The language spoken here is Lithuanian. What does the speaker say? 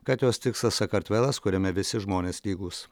kad jos tikslas sakartvelas kuriame visi žmonės lygūs